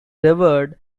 revered